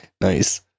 Nice